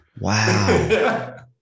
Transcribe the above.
Wow